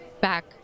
back